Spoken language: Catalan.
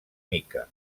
mica